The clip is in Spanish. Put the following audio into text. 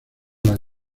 las